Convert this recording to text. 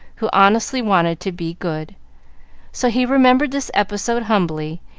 who honestly wanted to be good so he remembered this episode humbly,